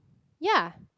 ya